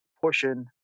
portion